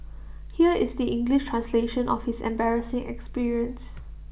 here is the English translation of his embarrassing experience